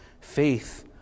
Faith